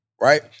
right—